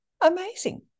Amazing